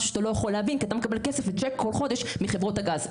משהו שאתה לא יכול להבין כי אתה מקבל כסף וצ'ק כל חודש מחברות הגז,